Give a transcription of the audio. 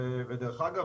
ודרך אגב,